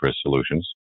Solutions